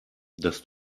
dass